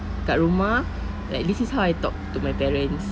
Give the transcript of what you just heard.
kat rumah like this is how I talk to my parents